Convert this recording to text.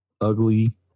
Ugly